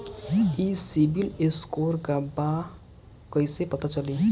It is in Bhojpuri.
ई सिविल स्कोर का बा कइसे पता चली?